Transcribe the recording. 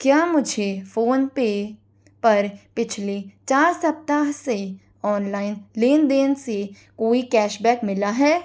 क्या मुझे PhonePe पर पिछले चार सप्ताह से ऑनलाइन लेन देन से कोई कैशबैक मिला है